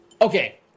Okay